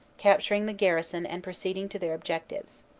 capturing the garrison and proceeding to their objectives.